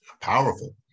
powerful